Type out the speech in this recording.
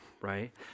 right